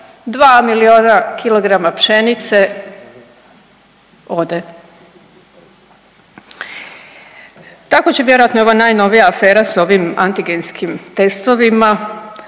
2 miliona kilograma pšenice ode. Tako će vjerojatno i ova najnovija afera s ovim antigenskim testovima,